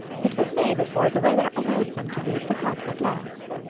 it was may before the weather allowed them to leave the hut at last.